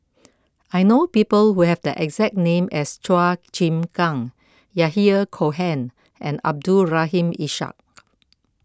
I know people who have the exact name as Chua Chim Kang Yahya Cohen and Abdul Rahim Ishak